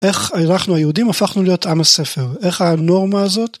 איך אנחנו היהודים הפכנו להיות עם הספר, איך הנורמה הזאת.